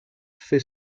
fait